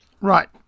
Right